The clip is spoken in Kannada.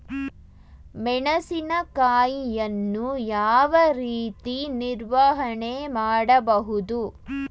ಮೆಣಸಿನಕಾಯಿಯನ್ನು ಯಾವ ರೀತಿ ನಿರ್ವಹಣೆ ಮಾಡಬಹುದು?